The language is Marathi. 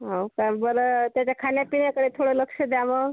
हो का बरं त्याच्या खाण्यापिण्याकडे थोडं लक्ष द्या मग